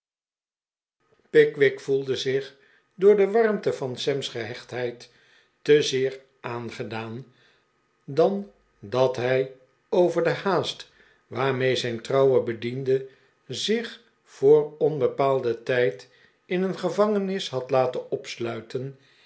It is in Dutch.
pickwick voelde zich door de warmte van sam's gehechtheid te zeer aangedaan dan dat hij over de haast waarmee zijn trouwe bediende zich voor onbepaalden tijd in een gevangenis had laten opsluiten